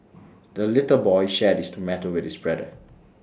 the little boy shared his tomato with his brother